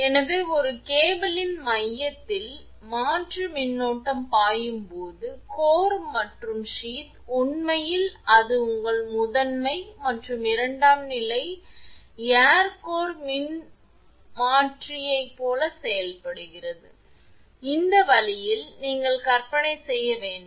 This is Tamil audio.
எனவே ஒரு கேபிளின் மையத்தில் மாற்று மின்னோட்டம் பாயும்போது கோர் மற்றும் சீத் உண்மையில் அது உங்கள் முதன்மை மற்றும் இரண்டாம் நிலை ஏர் கோர் மின்மாற்றியைப் போல செயல்படுகிறது இந்த வழியில் நீங்கள் கற்பனை செய்ய வேண்டும்